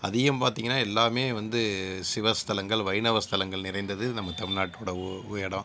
அதிகம் பார்த்தீங்கனா எல்லாமே வந்து சிவ ஸ்தலங்கள் வைணவ ஸ்தலங்கள் நிறைந்தது நம்ம தமிழ்நாட்டோடய ஒவ்வு இடம்